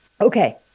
Okay